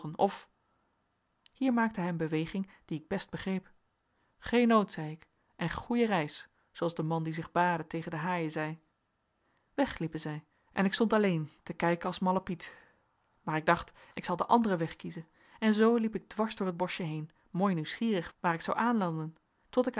of hier maakte hij een beweging die ik best begreep geen nood zei ik en goeie reis zooals de man die zich baadde tegen de haaien zei weg liepen zij en ik stond alleen te kijken als malle piet maar ik dacht ik zal den anderen weg kiezen en zoo liep ik dwars door het boschje heen mooi nieuwsgierig waar ik zou aanlanden tot ik